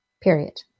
period